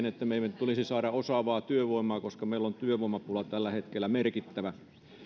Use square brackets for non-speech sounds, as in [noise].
[unintelligible] että meidän tulisi saada osaavaa työvoimaa koska meillä on työvoimapula tällä hetkellä merkittävä